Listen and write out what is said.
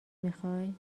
میخوای